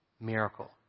miracle